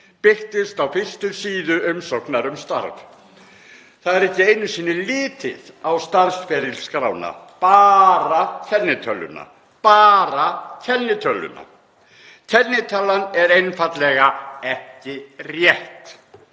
birtist á fyrstu síðu umsóknar um starf. Það er ekki einu sinni litið á starfsferilskrána, bara kennitöluna — bara kennitöluna. Kennitalan er einfaldlega ekki rétt.